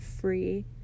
free